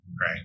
right